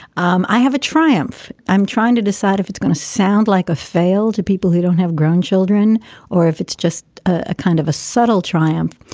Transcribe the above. um i have a triumph. i'm trying to decide if it's going to sound like a fail to people who don't have grandchildren or if it's just a kind of a subtle triumph.